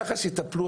מח"ש יטפלו,